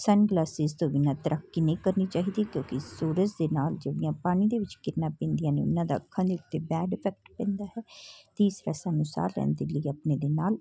ਸਨ glasses ਤੋਂ ਬਿਨਾ ਤੈਰਾਕੀ ਨਹੀਂ ਕਰਨੀ ਚਾਹੀਦੀ ਕਿਉਂਕਿ ਸੂਰਜ ਦੇ ਨਾਲ ਜਿਹੜੀਆਂ ਪਾਣੀ ਦੇ ਵਿੱਚ ਕਿਰਨਾਂ ਪੈਂਦੀਆਂ ਨੇ ਉਹਨਾਂ ਦਾ ਅੱਖਾਂ ਦੇ ਉੱਤੇ ਬੈਡ ਇਫੈਕਟ ਪੈਂਦਾ ਹੈ ਤੀਸਰਾ ਸਾਨੂੰ ਸਾਹ ਲੈਣ ਦੇ ਲਈ ਆਪਣੇ ਦੇ ਨਾਲ